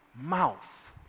mouth